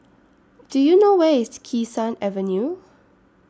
Do YOU know Where IS Kee Sun Avenue